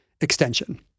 extension